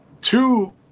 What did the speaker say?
two